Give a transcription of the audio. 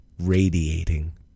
radiating